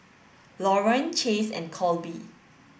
Lauren Chase and Colby